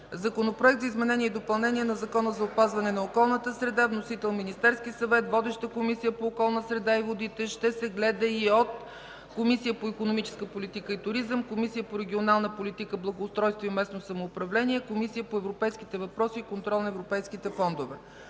Законопроект за изменение и допълнение на Закона за опазване на околната среда. Вносител е Министерският съвет. Водеща е Комисията по околната среда и водите. Разпределен е и на Комисията по икономическата политика и туризъм, Комисията по регионална политика, благоустройство и местно самоуправление и Комисията по европейските въпроси и контрол на европейските фондове.